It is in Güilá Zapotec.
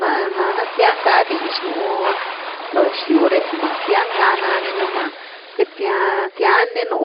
Ná nana xyan ga diz nú lo gexlyw re, mas zian ga nani numá queity zian, zian ni nú